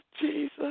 Jesus